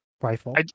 rifle